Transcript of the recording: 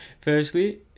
Firstly